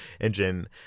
engine